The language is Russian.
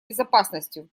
безопасностью